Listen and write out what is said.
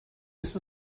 ist